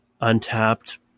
untapped